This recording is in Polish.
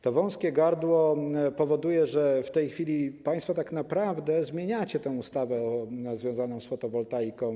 To wąskie gardło powoduje, że w tej chwili państwo tak naprawdę zmieniacie tę ustawę związaną z fotowoltaiką.